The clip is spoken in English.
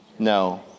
No